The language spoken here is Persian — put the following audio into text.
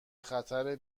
خطر